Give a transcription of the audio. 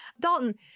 dalton